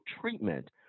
treatment